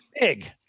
big